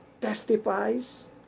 testifies